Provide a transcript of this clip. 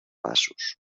passos